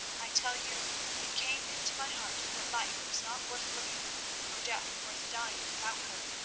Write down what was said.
i tell you it came into my heart that life was not worth living nor death worth dying without her.